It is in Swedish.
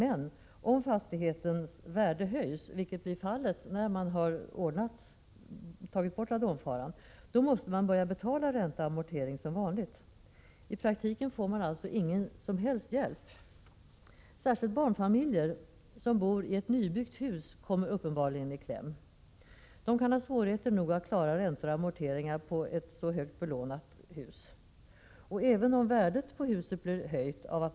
Men om fastighetens värde höjs, vilket blir fallet när man undanröjt radonfaran, måste man börja betala ränta och amortering som vanligt. I praktiken får man alltså ingen som helst hjälp. Särskilt barnfamiljer som bor i ett nybyggt hus kommer uppenbarligen i kläm, och de kan ha svårigheter nog att klara räntor och amorteringar på sina högt belånade hus. Även om värdet på huset ökar när man får bort Prot.